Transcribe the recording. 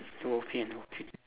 bo pian bo pian